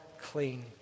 clean